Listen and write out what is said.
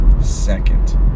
second